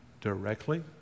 directly